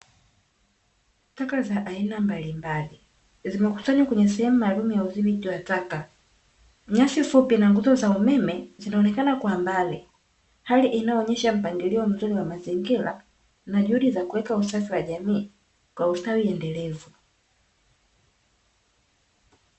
Taka za aina mbalimbali zimekusanywa kwenye sehemu maalumu ya udhibiti wa taka. Nyasi fupi na nguzo za umeme zinaonekana kwa mbali, hali inayoonyesha mpangilio mzuri wa mazingira na juhudi za kuweka usafi wa jamii kwa ustawi endelevu.